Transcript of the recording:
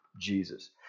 Jesus